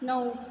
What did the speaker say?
नऊ